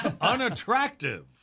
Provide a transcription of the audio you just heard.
unattractive